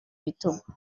bitugu